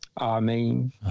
Amen